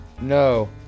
No